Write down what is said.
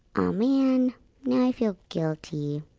aw, man. now i feel guilty